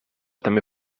també